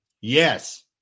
Yes